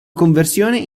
conversione